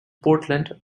portland